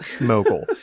mogul